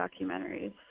documentaries